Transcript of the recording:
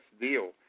deal